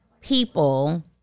people